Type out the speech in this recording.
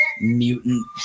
mutant